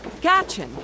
Gatchin